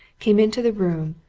came into the room,